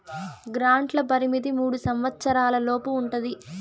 గ్రాంట్ల పరిమితి మూడు సంవచ్చరాల లోపు ఉంటది